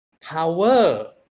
power